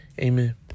Amen